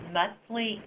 Monthly